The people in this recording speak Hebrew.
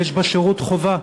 שיש בה שירות חובה.